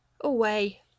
Away